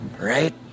Right